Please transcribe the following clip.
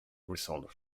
result